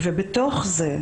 ובתוך זה,